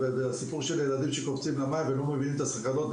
הסיפור של ילדים שקופצים למים ולא מבינים את הסכנות,